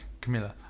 Camila